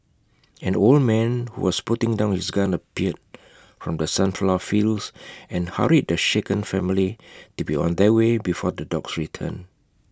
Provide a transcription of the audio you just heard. an old man who was putting down his gun appeared from the sunflower fields and hurried the shaken family to be on their way before the dogs return